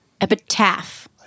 Epitaph